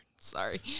Sorry